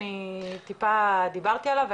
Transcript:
טיפה דיברתי עליו,